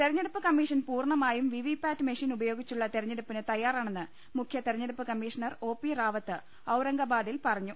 തെരഞ്ഞെടുപ്പ് കമ്മീഷൻ പൂർണമായും VVPAT machine ഉപയോഗിച്ചുളള തെരഞ്ഞെടുപ്പിന് തയ്യാറാണെന്ന് മുഖ്യതെരഞ്ഞെ ടുപ്പ് കമ്മീഷണർ ഒ പി റാവത്ത് ഔംറംഗബാദിൽ പറഞ്ഞു